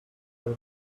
that